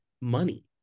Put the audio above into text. money